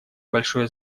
большое